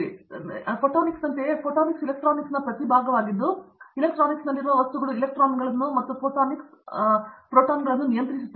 ನಾವು ಕರೆಯುತ್ತಿದ್ದಂತೆ ಫೋಟೊನಿಕ್ಸ್ನಂತೆಯೇ ಫೋಟೊನಿಕ್ಸ್ ಎಲೆಕ್ಟ್ರಾನಿಕ್ಸ್ನ ಪ್ರತಿ ಭಾಗವಾಗಿದ್ದುಇಲೆಕ್ಟ್ರಾನಿಕ್ಸ್ನಲ್ಲಿರುವ ವಸ್ತುಗಳು ಎಲೆಕ್ಟ್ರಾನ್ಗಳನ್ನು ಮತ್ತು ಫೋಟಾನಿಕ್ಸ್ ಅನ್ನು ಫೋಟಾನ್ಗಳನ್ನು ನಿಯಂತ್ರಿಸುತ್ತವೆ